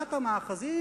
עקירת המאחזים,